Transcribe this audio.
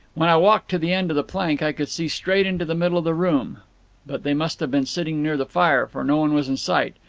when i walked to the end of the plank, i could see straight into the middle of the room but they must have been sitting near the fire, for no one was in sight.